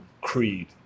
Creed